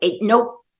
nope